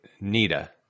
Nita